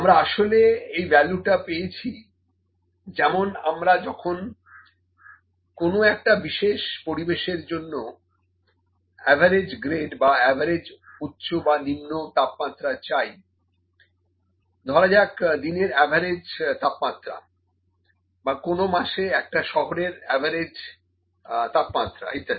আমরা আসলে এই ভ্যালুটা পেয়েছি যেমন আমরা যখন কোনো একটা বিশেষ পরিবেশের জন্য অ্যাভারেজ গ্রেড বা অ্যাভারেজ উচ্চ বা নিম্ন তাপমাত্রা চাই ধরা যাক দিনের অ্যাভারেজ তাপমাত্রা বা কোনো মাসে একটা শহরের অ্যাভারেজ তাপমাত্রা ইত্যাদি